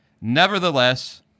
nevertheless